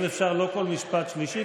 אם אפשר לא כל משפט שלישי,